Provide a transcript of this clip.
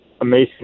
amazing